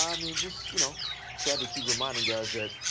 i mean just you know dried to keep reminding guys that,